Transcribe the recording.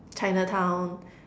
Chinatown